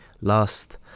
last